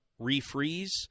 refreeze